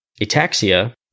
ataxia